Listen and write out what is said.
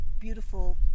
beautiful